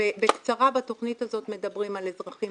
בקצרה אנחנו מדברים בתכנית הזאת על אזרחים